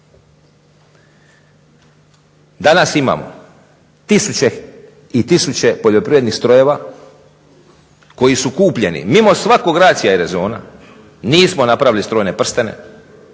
Danas imamo tisuće i tisuće poljoprivrednih strojeva koji su kupljeni mimo svakog racia i rezona, nismo napravili strojne prstene,